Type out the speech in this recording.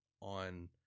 on